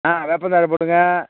ஆ வேப்பந்தழைப் போடுங்க